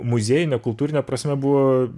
muziejine kultūrine prasme buvo